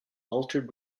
altered